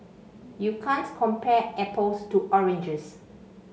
you can't compare apples to oranges